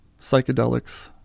psychedelics